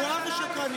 בבקשה.